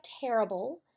terrible